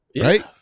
right